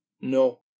No